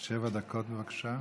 שבע דקות, בבקשה.